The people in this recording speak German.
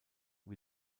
wie